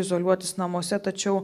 izoliuotis namuose tačiau